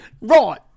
Right